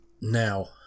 Now